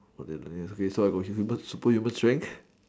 okay nice so I got superhuman strength